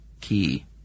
key